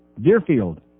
Deerfield